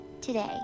today